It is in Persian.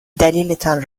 دلیلتان